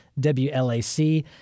WLAC